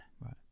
Right